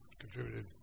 contributed